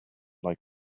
like